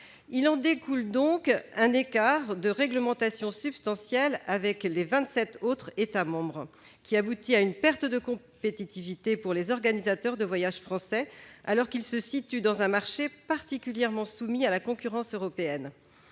Il en découle un écart de réglementation substantiel avec les 27 autres États membres, qui aboutit à une perte de compétitivité pour les organisateurs de voyages français, alors que ceux-ci se situent dans un marché particulièrement soumis à la concurrence européenne.